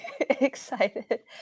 excited